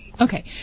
Okay